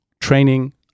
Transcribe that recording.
training